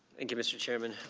thank you mr. chairman.